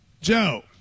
Joe